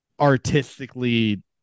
artistically